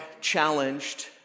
challenged